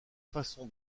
façon